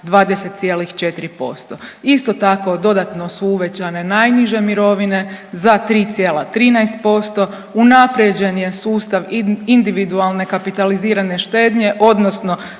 20,4%. Isto tako, dodatno su uvećane najniže mirovine za 3,13%, unaprijeđen je sustav individualne kapitalizirane štednje odnosno